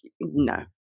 no